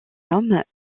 homme